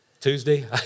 Tuesday